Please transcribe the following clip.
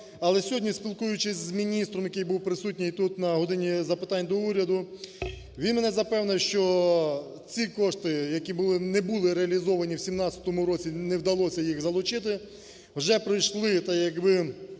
Але сьогодні, спілкуючись з міністром, який був присутній тут на "годині запитань до Уряду", він мене запевнив, що ці кошти, які були не були реалізовані в 2017 році, не вдалося їх залучити, вже пройшли